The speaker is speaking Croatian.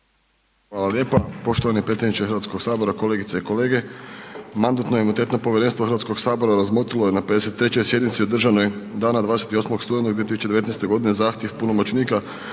Hvala lijepa poštovani predsjedniče HS, kolegice i kolege, mandatno-imunitetno povjerenstvo HS razmotrilo je na 53. sjednici održanoj dana 28. studenog 2019.g. zahtjev punomoćnika privatnih